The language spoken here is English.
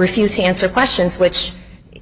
refuse to answer questions which